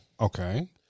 Okay